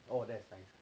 sodesune